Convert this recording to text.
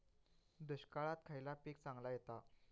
दुष्काळात खयला पीक चांगला येता?